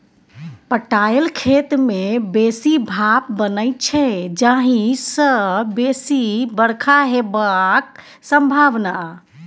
पटाएल खेत मे बेसी भाफ बनै छै जाहि सँ बेसी बरखा हेबाक संभाबना